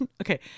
okay